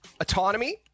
autonomy